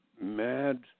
Mad